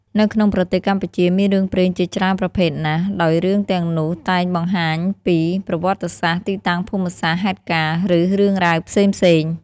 នៅក្នុងប្រទេសកម្ពុជា មានរឿងព្រេងជាច្រើនជាប្រភេទណាស់ ដោយរឿងទាំងនោះតែងបានបង្ហាញពី ប្រវត្តិសាស្រ្ដ ទីតាំងភូមិសាស្រ្ដ ហេតុការណ៍ ឬរឿងរ៉ាវផ្សេងៗ។